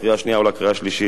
לקריאה השנייה ולקריאה השלישית.